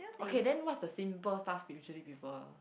okay then what's the simple stuff usually people